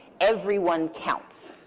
everyone counts.